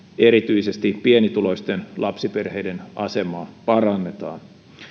erityisesti pienituloisten lapsiperheiden asemaa parannetaan